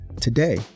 Today